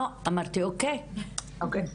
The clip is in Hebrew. אגב,